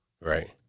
Right